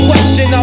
Question